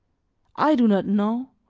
i do not know,